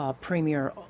premier